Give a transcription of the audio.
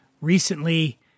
recently